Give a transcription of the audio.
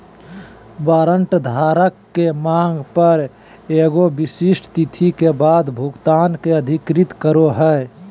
warrant धारक के मांग पर एगो विशिष्ट तिथि के बाद भुगतान के अधिकृत करो हइ